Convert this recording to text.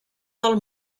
del